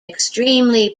extremely